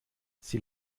sie